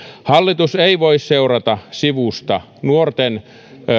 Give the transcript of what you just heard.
hallitus ei voi seurata sivusta nuorten